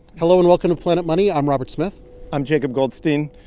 hello and welcome to planet money. i'm robert smith i'm jacob goldstein.